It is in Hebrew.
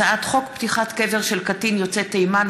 הצעת חוק פתיחת קבר של קטין יוצא תימן,